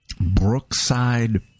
Brookside